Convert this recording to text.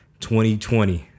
2020